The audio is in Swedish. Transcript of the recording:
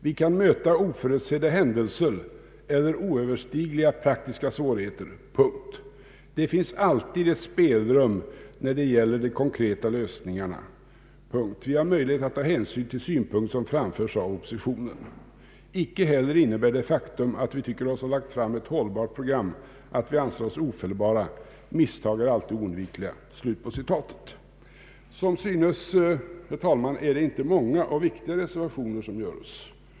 Vi kan möta oförutsedda händelser eller oöverstigliga praktiska svårigheter. Det finns alltid ett spelrum när det gäller de konkreta lösningarna. Vi har möjlighet att ta hänsyn till synpunkter som framförs av oppositionen. Inte heller innebär det faktum, att vi tycker oss ha lagt fram ett hållbart program, att vi anser oss ofelbara. Misstag är alltid oundvikliga.” Som synes, herr talman, är det inte många och viktiga reservationer som görs.